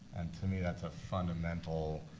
and to me that's a fundamental,